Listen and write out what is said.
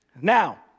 Now